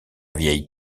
vieille